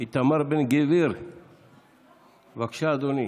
איתמר בן גביר, בבקשה, אדוני.